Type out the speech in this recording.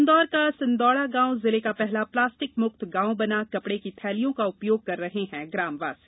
इन्दौर का सिंदौड़ा गॉव जिले का पहला पलास्टिक मुक्त गॉव बना कपड़े की थैलियों का उपयोग कर रहे हैं ग्रामवासी